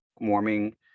warming